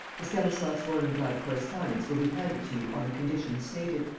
the stanislas vorenglade correspondence will be handed to you on the conditions stated.